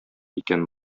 икән